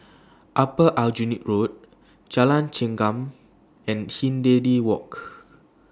Upper Aljunied Road Jalan Chengam and Hindhede Walk